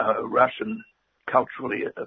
Russian-culturally